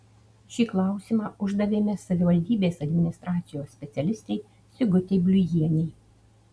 šį klausimą uždavėme savivaldybės administracijos specialistei sigutei bliujienei